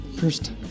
First